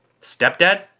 Stepdad